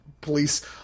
Police